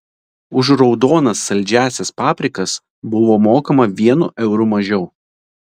už raudonas saldžiąsias paprikas buvo mokama vienu euru mažiau